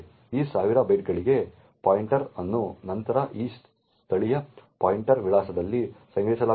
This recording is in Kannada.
ಈ ಸಾವಿರ ಬೈಟ್ಗಳಿಗೆ ಪಾಯಿಂಟರ್ ಅನ್ನು ನಂತರ ಈ ಸ್ಥಳೀಯ ಪಾಯಿಂಟರ್ ವಿಳಾಸದಲ್ಲಿ ಸಂಗ್ರಹಿಸಲಾಗುತ್ತದೆ